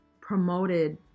promoted